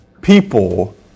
people